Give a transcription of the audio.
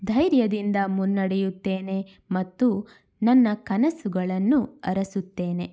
ಧೈರ್ಯದಿಂದ ಮುನ್ನಡೆಯುತ್ತೇನೆ ಮತ್ತು ನನ್ನ ಕನಸುಗಳನ್ನು ಅರಸುತ್ತೇನೆ